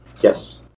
yes